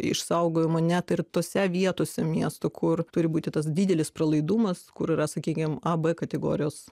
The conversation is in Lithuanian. išsaugojimą net ir tose vietose miestų kur turi būti tas didelis pralaidumas kur yra sakykim a b kategorijos